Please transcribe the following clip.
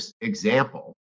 example